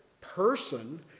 person